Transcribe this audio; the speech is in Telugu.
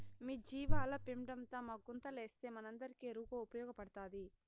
మీ జీవాల పెండంతా మా గుంతలేస్తే మనందరికీ ఎరువుగా ఉపయోగపడతాది